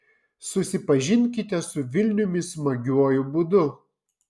susipažinkite su vilniumi smagiuoju būdu